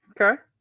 Okay